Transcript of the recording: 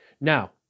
Now